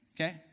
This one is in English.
Okay